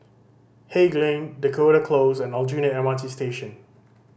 Haig Lane Dakota Close and Aljunied M R T Station